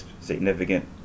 Significant